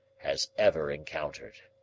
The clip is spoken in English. has ever encountered.